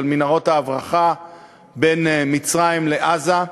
אבל מנהרות ההברחה בין מצרים לעזה.